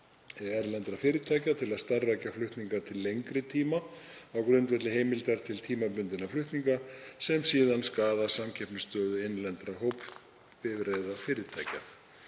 erlendra fyrirtækja til að starfrækja flutninga til lengri tíma á grundvelli heimildar til tímabundinna flutninga sem skaðar samkeppnisstöðu innlendra hópbifreiðafyrirtækja.